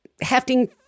hefting